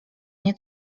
nie